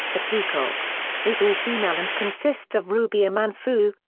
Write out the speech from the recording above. the peacocks, is all-female and consists of ruby amanfu,